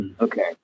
okay